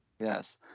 Yes